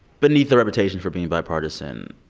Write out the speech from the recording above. beneath the reputation for being bipartisan,